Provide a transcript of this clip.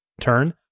turn